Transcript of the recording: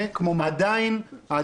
עדיין --- כמו מה?